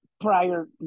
prior